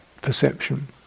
perception